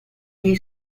gli